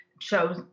chose